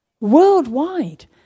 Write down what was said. Worldwide